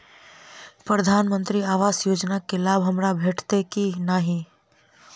प्रधानमंत्री आवास योजना केँ लाभ हमरा भेटतय की नहि?